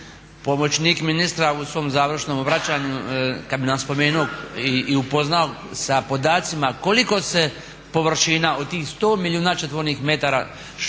pomoćnik ministra u svom završnom obraćanju kada bi nam spomenuo i upoznao sa podacima koliko se površina od tih 100 milijuna četvornih metara što u